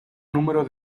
número